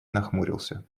нахмурился